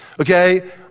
okay